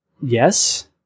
yes